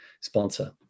sponsor